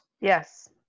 Yes